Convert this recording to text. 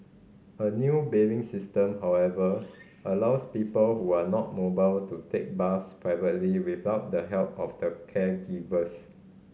a new bathing system however allows people who are not mobile to take baths privately without the help of the caregivers